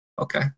Okay